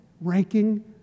ranking